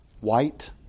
white